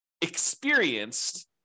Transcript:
experienced